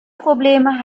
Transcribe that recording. probleme